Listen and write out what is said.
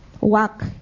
work